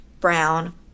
brown